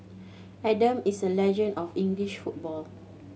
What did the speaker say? Adam is a legend of English football